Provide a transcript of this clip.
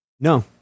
No